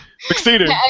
Succeeded